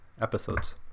episodes